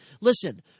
listen